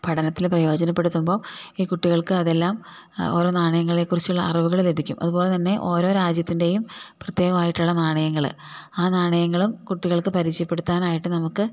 പഠനത്തിൽ പ്രയോജനപ്പെടുത്തുമ്പോൾ ഈ കുട്ടികൾക്ക് അതെല്ലാം ഓരോ നാണയങ്ങളെ കുറിച്ചുള്ള അറിവുകൾ ലഭിക്കും അതുപോലെ തന്നെ ഒരൊറ്റ രാജ്യത്തിൻ്റേയും പ്രത്യേകമായിട്ടുള്ള നാണയങ്ങൾ ആ നാണയങ്ങളും കുട്ടികൾക്ക് പരിചയപ്പെടുത്താനായിട്ട്